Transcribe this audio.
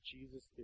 Jesus